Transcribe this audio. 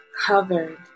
covered